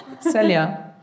Celia